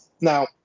now